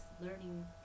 learning